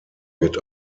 wird